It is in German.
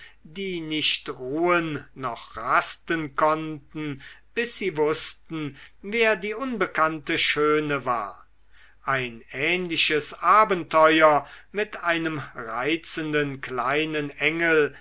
die nicht ruhen noch rasten konnten bis sie wußten wer die unbekannte schöne war ein ähnliches abenteuer mit einem reizenden kleinen engel